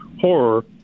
horror